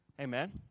Amen